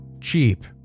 Cheap